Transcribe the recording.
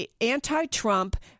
anti-Trump